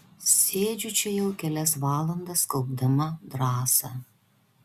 sėdžiu čia jau kelias valandas kaupdama drąsą